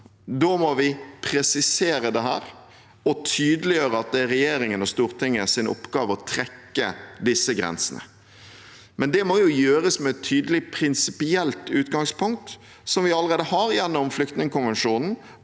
Da må vi presisere dette og tydeliggjøre at det er regjeringens og Stortingets oppgave å trekke disse grensene. Det må gjøres med et tydelig prinsipielt utgangspunkt, som vi allerede har gjennom Flyktningkonvensjonen